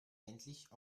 endlich